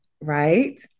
right